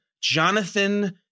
Jonathan